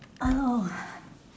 oh no